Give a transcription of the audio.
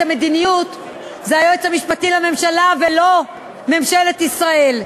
את המדיניות זה היועץ המשפטי לממשלה ולא ממשלת ישראל.